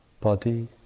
body